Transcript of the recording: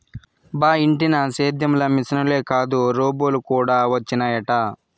బా ఇంటినా సేద్యం ల మిశనులే కాదు రోబోలు కూడా వచ్చినయట